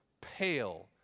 pale